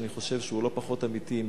שאני חושב שהוא לא פחות אמיתי,